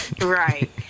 Right